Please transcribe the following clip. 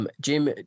Jim